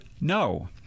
No